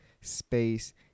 space